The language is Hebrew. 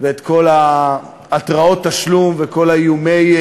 ואת כל התראות התשלום וכל איומי,